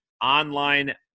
online